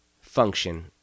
function